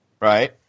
right